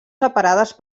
separades